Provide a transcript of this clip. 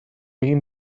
egin